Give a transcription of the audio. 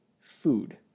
food